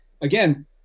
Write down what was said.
again